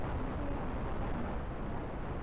UPI అన్ని చోట్ల పని సేస్తుందా?